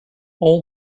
all